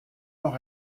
noch